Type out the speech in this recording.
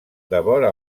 devora